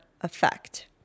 effect